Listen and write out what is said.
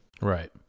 Right